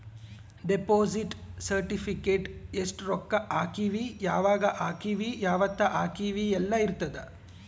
deposit certificate ಎಸ್ಟ ರೊಕ್ಕ ಹಾಕೀವಿ ಯಾವಾಗ ಹಾಕೀವಿ ಯಾವತ್ತ ಹಾಕೀವಿ ಯೆಲ್ಲ ಇರತದ